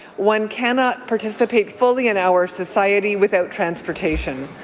one cannot participate fully in our society without transportation.